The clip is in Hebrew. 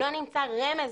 לא נמצא רמז